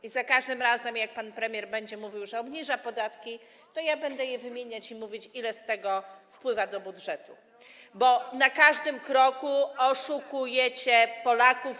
I za każdym razem, kiedy pan premier będzie mówił, że obniża podatki, to ja będę je wymieniać i mówić, ile z tego wpływa do budżetu, bo na każdym kroku oszukujecie Polaków.